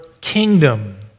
kingdom